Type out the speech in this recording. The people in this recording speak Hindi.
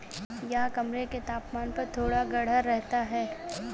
यह कमरे के तापमान पर थोड़ा गाढ़ा रहता है